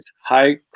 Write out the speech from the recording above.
high